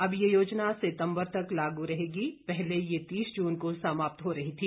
अब यह योजना सितम्बर तक लागू रहेगी पहले यह तीस जून को समाप्त हो रही थी